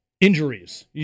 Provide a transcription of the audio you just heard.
Injuries